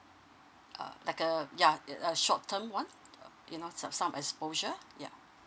uh like a yeah it's a short term one uh you know some some exposure yeah